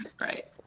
Right